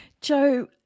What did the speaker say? Joe